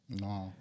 No